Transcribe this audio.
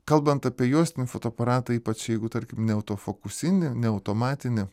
kalbant apie juostinį fotoaparatą ypač jeigu tarkim ne autofokusinį ne automatinį